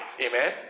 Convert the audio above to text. amen